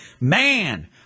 Man